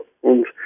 und